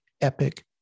epic